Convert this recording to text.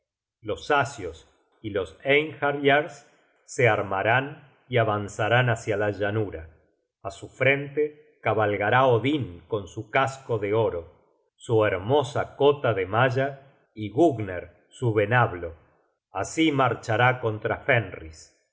los asios y los einhaeryars se armarán y avanzarán hácia la llanura á su frente cabalgará odin con su casco de oro su hermosa cota de malla y gugner su venablo así marchará